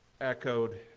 echoed